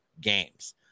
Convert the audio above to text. games